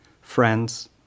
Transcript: Friends